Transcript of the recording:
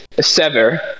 Sever